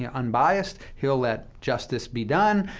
yeah unbiased. he'll let justice be done.